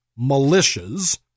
militias